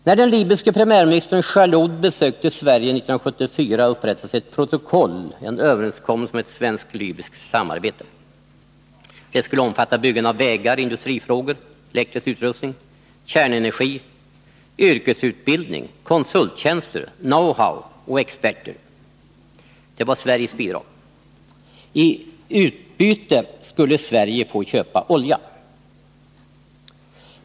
När den libyske premiärministern Jalloud besökte Sverige 1974 upprättades ett protokoll — en överenskommelse om ett svenskt-libyskt samarbete. 175 Samarbetet skulle omfatta t.ex. byggande av vägar, industrifrågor såsom elektrisk utrustning, kärnenergi, yrkesutbildning, konsulttjänster, knowhow och experter — det var Sveriges bidrag. I utbyte skulle Sverige få köpa olja.